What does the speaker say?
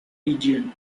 region